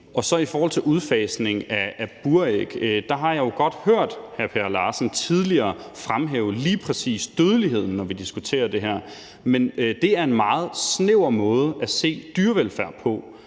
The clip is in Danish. I forhold til udfasning af buræg har jeg tidligere godt hørt hr. Per Larsen fremhæve lige præcis dødeligheden, når vi har diskuteret det her, men det er en meget snæver måde at se dyrevelfærd på.